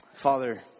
Father